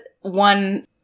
one